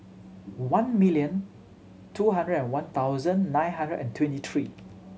one million two hundred and one thousand nine hundred and twenty three